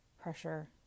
pressure